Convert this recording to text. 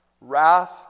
wrath